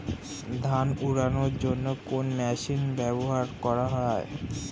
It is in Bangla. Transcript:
ধান উড়ানোর জন্য কোন মেশিন ব্যবহার করা হয়?